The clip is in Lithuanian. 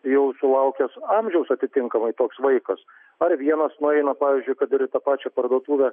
jau sulaukęs amžiaus atitinkamai toks vaikas ar vienas nueina pavyzdžiui kad ir į tą pačią parduotuvę